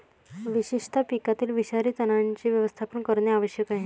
विशेषतः पिकातील विषारी तणांचे व्यवस्थापन करणे आवश्यक आहे